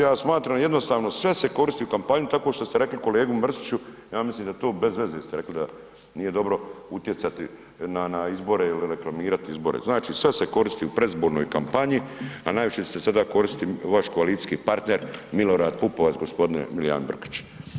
Ja smatram jednostavno, sve se koristi u kampanji tako što ste rekli kolegi Mrsiću, ja mislim da to bez veze ste rekli da nije dobro utjecati na izbore ili reklamirati izbora, znači sve se koristi u predizbornoj kampanji, a najviše se sada koristi vaš koalicijski partner Milorad Pupovac, g. Milijane Brkiću.